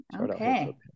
Okay